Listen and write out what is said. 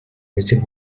music